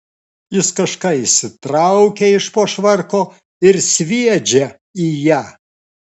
jis kažką išsitraukia iš po švarko ir sviedžia į ją